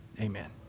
Amen